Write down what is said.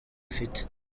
afite